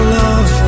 love